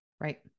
right